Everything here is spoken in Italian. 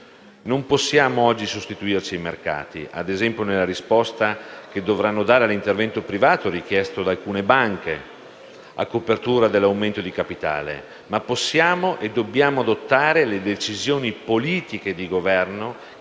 Non possiamo oggi sostituirci ai mercati, ad esempio nella risposta che dovranno dare all'intervento privato richiesto da alcune banche a copertura dell'aumento di capitale, ma possiamo e dobbiamo adottare le decisioni politiche e di governo